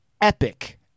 Epic